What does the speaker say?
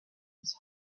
his